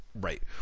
Right